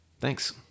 Thanks